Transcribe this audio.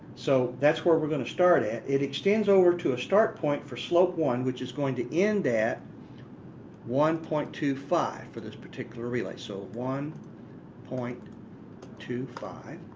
so that's where we're going to start at. it extends over to a start point for the slope one which is going to end at one point two five for this particular relay so one point two five,